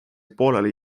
pooleli